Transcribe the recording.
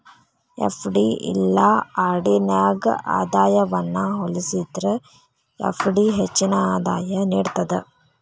FD ಇಲ್ಲಾ RD ನ್ಯಾಗ ಆದಾಯವನ್ನ ಹೋಲಿಸೇದ್ರ ಎಫ್.ಡಿ ಹೆಚ್ಚಿನ ಆದಾಯ ನೇಡ್ತದ